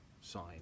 sign